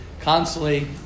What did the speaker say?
constantly